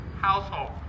household